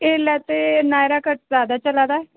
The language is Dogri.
एल्लै ते नायरा कट ज्यादा चला दा ऐ